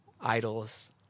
idols